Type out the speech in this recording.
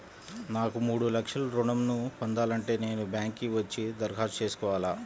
నాకు మూడు లక్షలు ఋణం ను పొందాలంటే నేను బ్యాంక్కి వచ్చి దరఖాస్తు చేసుకోవాలా?